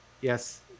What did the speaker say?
yes